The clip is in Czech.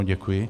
Děkuji.